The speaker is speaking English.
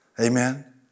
amen